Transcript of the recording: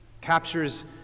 captures